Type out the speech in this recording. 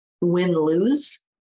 win-lose